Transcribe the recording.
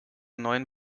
neuen